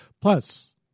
Plus